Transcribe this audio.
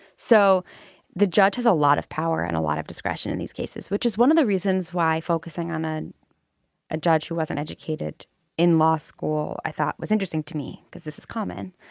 so the judge has a lot of power and a lot of discretion in these cases which is one of the reasons why focusing on ah a judge who wasn't educated in law school i thought was interesting to me because this is common.